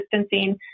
distancing